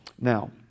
Now